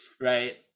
Right